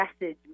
message